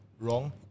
wrong